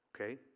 Okay